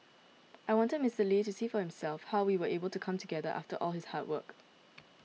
I wanted Mister Lee to see for himself how we are able to come together after all his hard work